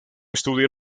estudia